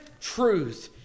truth